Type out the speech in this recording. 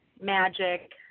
magic